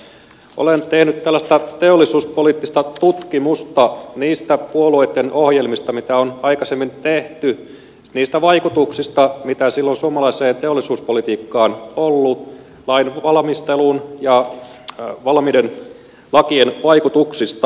olen tehnyt tällaista teollisuuspoliittista tutkimusta niistä puolueitten ohjelmista mitä on aikaisemmin tehty niistä vaikutuksista mitä niillä on suomalaiseen teollisuuspolitiikkaan ollut lainvalmistelun ja valmiiden lakien vaikutuksista